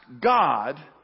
God